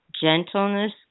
gentleness